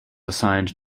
assigned